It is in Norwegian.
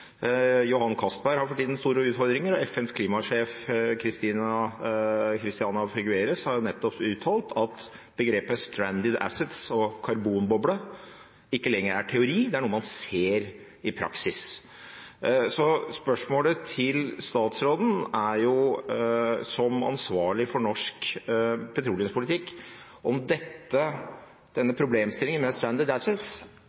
Johan Castberg-prosjektet har for tiden store utfordringer, og FNs klimasjef, Christiana Figueres, har nettopp uttalt at begrepene «stranded assets» og «karbonboble» ikke lenger er teori – det er noe man ser i praksis. Så spørsmålet til statsråden som ansvarlig for norsk petroleumspolitikk blir: Begynner denne problemstillingen med